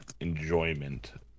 enjoyment